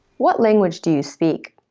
what language do you speak?